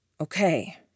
Okay